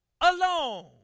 alone